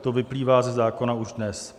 To vyplývá ze zákona už dnes.